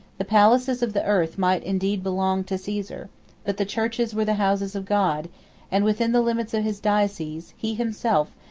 the palaces of the earth might indeed belong to caesar but the churches were the houses of god and, within the limits of his diocese, he himself,